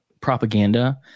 propaganda